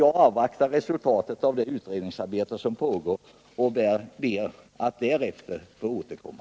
Jag avvaktar resultatet av det utredningsarbete som pågår och ber att därefter få återkomma.